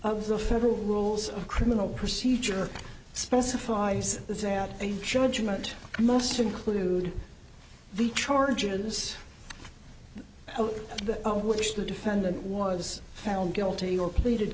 of the federal rules of criminal procedure specifies that a judgment must include the charges which the defendant was found guilty or pleaded